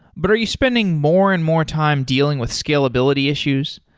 but are you spending more and more time dealing with scalability issues?